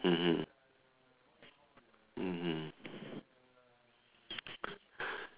mmhmm mmhmm